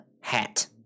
hat